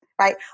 right